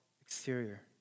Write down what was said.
exterior